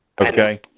Okay